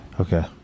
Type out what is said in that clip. Okay